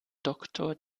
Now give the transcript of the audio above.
doktor